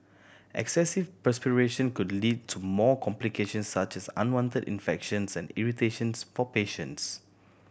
excessive perspiration could lead to more complications such as unwanted infections and irritations for patients